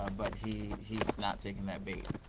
ah but he he is not taking that bait.